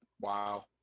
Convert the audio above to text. Wow